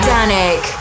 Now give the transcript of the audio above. Danik